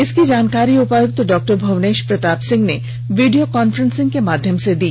इसकी जानकारी उपायुक्त डॉ भुवनेश प्रताप सिंह ने वीडियो काफ्रेंस के माध्यम से दी